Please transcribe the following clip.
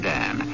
Dan